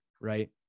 right